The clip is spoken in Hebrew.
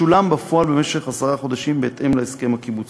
משולם בפועל במשך עשרה חודשים בהתאם להסכם הקיבוצי.